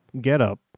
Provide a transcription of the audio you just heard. getup